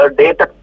data